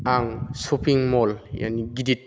आं शपिं मल यानि गिदिर